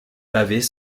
pavés